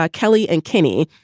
ah kelly and kimmy.